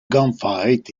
gunfight